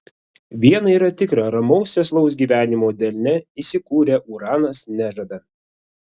viena yra tikra ramaus sėslaus gyvenimo delne įsikūrę uranas nežada